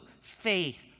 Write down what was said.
faith